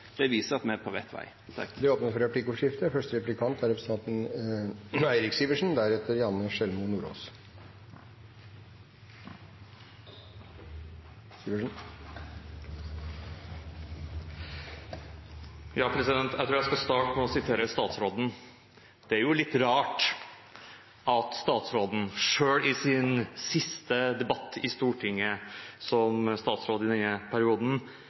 Det viser at vi er på rett vei. Det blir replikkordskifte. Jeg tror jeg skal starte med å sitere statsråden. Det er jo «litt rart» at selv i sin siste debatt i Stortinget som statsråd i denne perioden